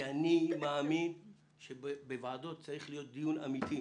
כי אני מאמין שבוועדות צריך להיות דיון אמתי.